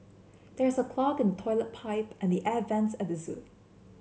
there is a clog in toilet pipe and the air vents at the zoo